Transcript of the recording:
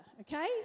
okay